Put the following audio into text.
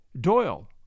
Doyle